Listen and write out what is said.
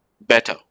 better